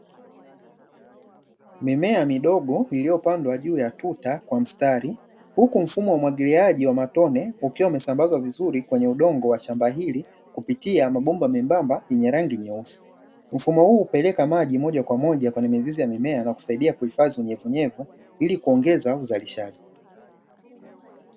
Mimea midogo iliyopandwa juu ya tuta kwa mstari. Huku mfumo wa umwagiliaji wa matone ukiwa umesambazwa vizuri kwenye udongo wa shamba hili kupitia mabomba membamba yenye rangi nyeusi . Mfumo huu hupeleka maji moja kwa moja kwenye mizizi ya mimea na kusaidia kuhifadhi unyevu unyevu ili kuongeza uzalishaji.